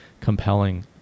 compelling